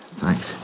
Thanks